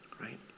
Right